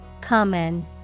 Common